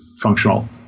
functional